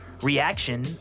Reaction